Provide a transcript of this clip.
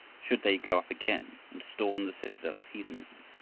should they go up again and storm the citadel of heathenism?